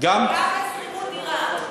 גם בשכירות דירה.